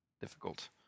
difficult